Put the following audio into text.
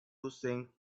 think